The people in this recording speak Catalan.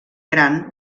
gran